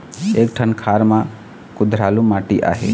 एक ठन खार म कुधरालू माटी आहे?